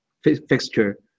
fixture